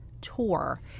tour